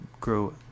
grow